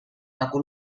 nagu